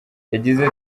yagize